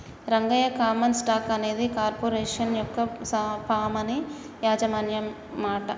Rangayya common stock అనేది corporation యొక్క పామనిక యాజమాన్య వాట